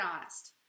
honest